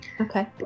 Okay